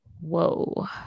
Whoa